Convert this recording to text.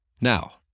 Now